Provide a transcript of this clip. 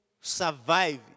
survive